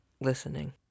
listening